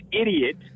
idiot